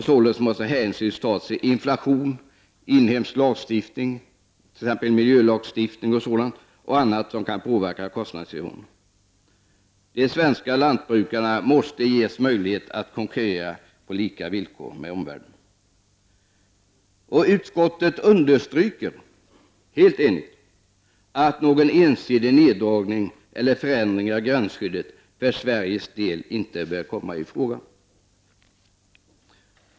Således måste hänsyn tas till inflation, inhemsk lagstiftning, t.ex. miljölagstiftning, och annat som kan påverka kostnadsnivån. De svenska lantbrukarna måste ges möjlighet att konkurrera på lika villkor med omvärlden. Utskottet understryker helt enkelt att någon ensidig neddragning eller förändring i gränsskyddet för Sveriges del inte bör komma i fråga.